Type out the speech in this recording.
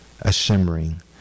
a-shimmering